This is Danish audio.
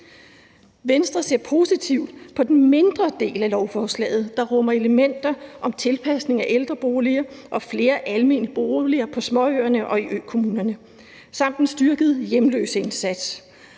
Venstre ser positivt på den mindre del af lovforslaget, der rummer elementer om tilpasning af ældreboliger, flere almene boliger på småøerne og i økommunerne samt en styrket hjemløseindsats